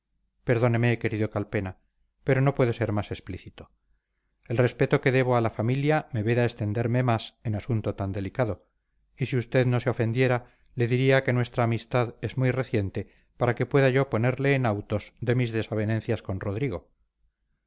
perdóneme querido calpena pero no puedo ser más explícito el respeto que debo a la familia me veda extenderme más en asunto tan delicado y si usted no se ofendiera le diría que nuestra amistad es muy reciente para que pueda yo ponerle en autos de mis desavenencias con rodrigo